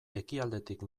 ekialdetik